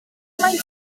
gymaint